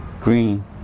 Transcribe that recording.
green